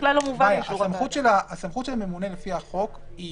אבל הסכמות של הממונה לפי החוק היא